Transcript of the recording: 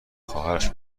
خواهرش